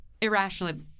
irrationally